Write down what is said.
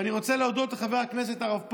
ואני רוצה להודות לחבר הכנסת הרב פרוש,